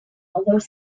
although